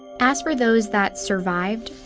as for those that survived,